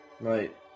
right